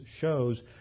shows